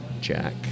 Jack